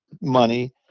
money